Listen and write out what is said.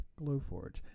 Glowforge